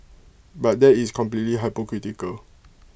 but that is completely hypocritical